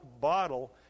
bottle